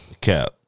Cap